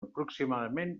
aproximadament